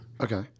Okay